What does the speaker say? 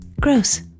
gross